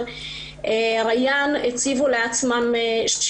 ריאן הציבו לעצמם יעד